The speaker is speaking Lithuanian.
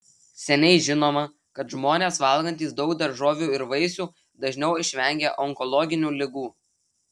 seniai žinoma kad žmonės valgantys daug daržovių ir vaisių dažniau išvengia onkologinių ligų